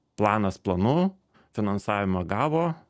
planas planu finansavimą gavo